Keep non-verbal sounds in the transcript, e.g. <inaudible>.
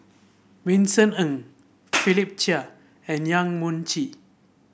Vincent Ng <noise> Philip Chia and Yong Mun Chee